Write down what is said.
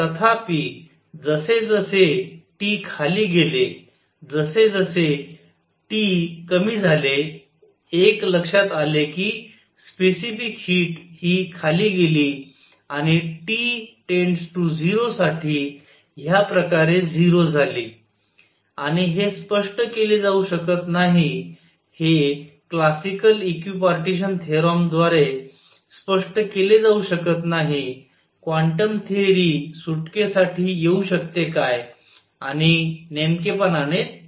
तथापि जसजसे T खाली गेले जस जसे T कमी झाले एक लक्षात आले की स्पेसिफिक हीट खाली गेली आणि T 0 साठी ह्या प्रकारे 0 झाली आणि हे स्पष्ट केले जाऊ शकत नाही हे क्लासिकल इक्विपार्टीशन थेरॉम द्वारे स्पष्ट केले जाऊ शकत नाही क्वांटम थेअरी सुटकेसाठी येऊ शकते काय आणि नेमकेपणाने तेच घडते